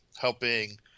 helping